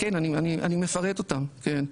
אני מפרט אותם כן,